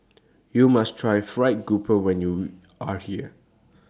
YOU must Try Fried Grouper when YOU Are here